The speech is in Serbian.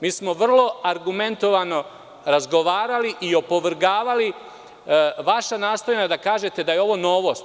Mi smo vrlo argumentovano razgovarali i opovrgavali vaša nastojanja da kažete da je ovo novost.